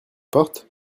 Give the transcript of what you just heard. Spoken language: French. porte